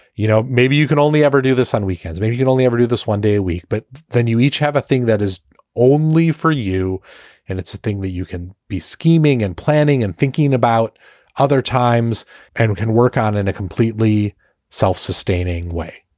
you know, maybe you can only ever do this on weekends. maybe you'd only ever do this one day a week. but then you each have a thing that is only for you and it's a thing that you can be scheming and planning and thinking about other times and can work on in a completely self-sustaining way.